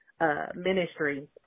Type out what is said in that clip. ministry